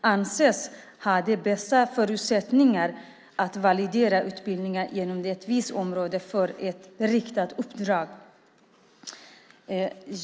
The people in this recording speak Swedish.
anses ha de bästa förutsättningarna att validera utbildningar inom ett visst område får ett riktat uppdrag.